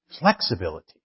flexibility